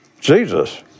Jesus